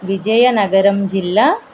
విజయనగరం జిల్లా